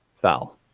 Foul